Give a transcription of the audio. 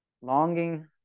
Longing